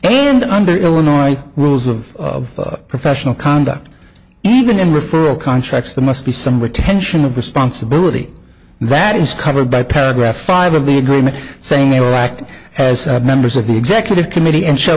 and under illinois rules of professional conduct even in referral contracts the must be some retention of responsibility that is covered by paragraph five of the agreement same iraq as members of the executive committee and sh